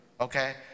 okay